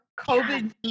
COVID